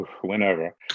whenever